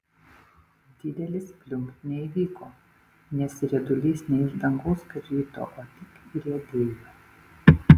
didelis pliumpt neįvyko nes riedulys ne iš dangaus krito o tik įriedėjo